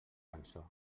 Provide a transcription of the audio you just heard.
cançó